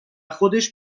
خودش